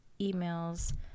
emails